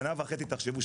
תחשבו,